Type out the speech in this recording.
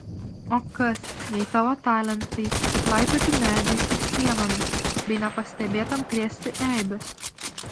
o kas jei tavo talentai tik laipioti medžiais ir sienomis bei nepastebėtam krėsti eibes